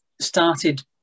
started